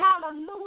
Hallelujah